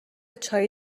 چایی